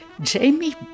Jamie